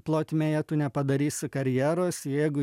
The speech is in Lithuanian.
plotmėje tu nepadarysi karjeros jeigu